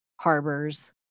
harbors